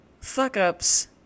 fuck-ups